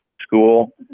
school